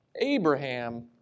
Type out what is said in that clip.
Abraham